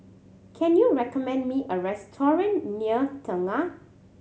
can you recommend me a restaurant near Tengah